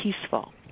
peaceful